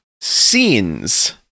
scenes